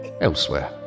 elsewhere